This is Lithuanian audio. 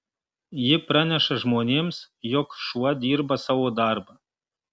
ji praneša žmonėms jog šuo dirba savo darbą